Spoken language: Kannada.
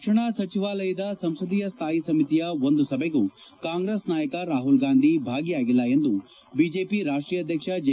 ರಕ್ಷಣಾ ಸಚಿವಾಲಯದ ಸಂಸದೀಯ ಸ್ಥಾಯಿ ಸಮಿತಿಯ ಒಂದು ಸಭೆಗೂ ಕಾಂಗ್ರೆಸ್ ನಾಯಕ ರಾಹುಲ್ ಗಾಂಧಿ ಭಾಗಿಯಾಗಿಲ್ಲ ಎಂದು ಬಿಜೆಪಿ ರಾಷ್ಟೀಯ ಅಧ್ಯಕ್ಷ ಜೆ